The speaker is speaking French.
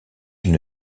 une